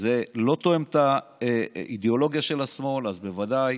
זה לא תואם את האידיאולוגיה של השמאל, אז בוודאי